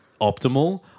optimal